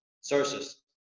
sources